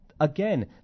Again